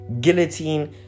guillotine